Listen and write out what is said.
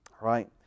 right